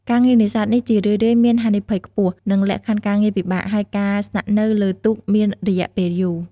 ការងារនេសាទនេះជារឿយៗមានហានិភ័យខ្ពស់ និងលក្ខខណ្ឌការងារពិបាក ហើយការស្នាក់នៅលើទូកមានរយៈពេលយូរ។